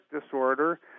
disorder